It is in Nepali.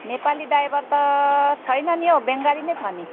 नेपाली ड्राइभर त छैन नि हौ बङ्गाली नै छ नि